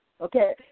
okay